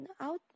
out